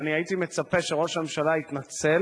והייתי מצפה שראש הממשלה יתנצל